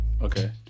okay